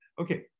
Okay